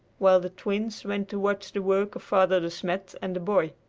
while the twins went to watch the work of father de smet and the boy,